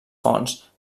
fonts